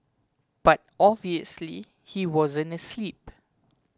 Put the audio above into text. but obviously he wasn't asleep